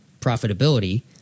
profitability